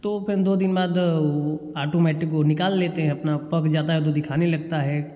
तो फिर दो दिन बाद वो आटोमैटिक वो निकाल लेते हैं अपना पक जाता है तो दिखाने लगता है